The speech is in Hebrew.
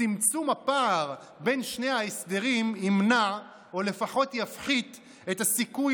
צמצום הפער בין שני ההסדרים ימנע או לפחות יפחית את הסיכוי